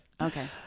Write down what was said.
Okay